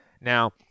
Now